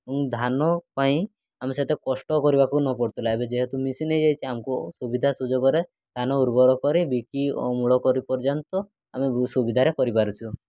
ଏବଂ ଧାନ ପାଇଁ ଆମେ ସେତେ କଷ୍ଟ କରିବାକୁ ନ ପଡ଼ୁଥିଲା ଏବେ ଯେହେତୁ ମେସିନ୍ ହୋଇଯାଇଛି ଆମକୁ ସୁବିଧା ସୁଯୋଗରେ ଧାନ ଉର୍ବର କରି ବିକି ଅମଳ କରି ପର୍ଯ୍ୟନ୍ତ ଆମେ ସୁବିଧାରେ କରିପାରୁଛୁ